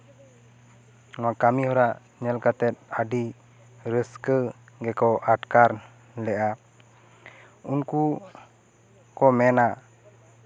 ᱱᱚᱶᱟ ᱠᱟᱹᱢᱤᱦᱚᱨᱟ ᱧᱮᱞ ᱠᱟᱛᱮᱫ ᱟᱹᱰᱤ ᱨᱟᱹᱥᱠᱟᱹ ᱜᱮᱠᱚ ᱟᱴᱠᱟᱨ ᱞᱮᱫᱼᱟ ᱩᱱᱠᱩ ᱠᱚ ᱢᱮᱱᱟ